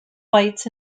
fights